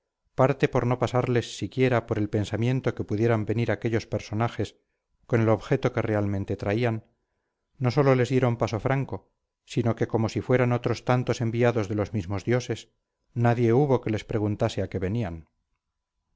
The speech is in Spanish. parte por no pasarles siquiera por el pensamiento que pudieran venir aquellos personajes con el objeto que realmente traían no solo les dieron paso franco sino que como si fueran otros tantos enviados de los mismos dioses nadie hubo que les preguntase a qué venían